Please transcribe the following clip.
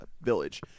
village